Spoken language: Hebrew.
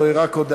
זו רק הודעה.